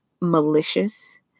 malicious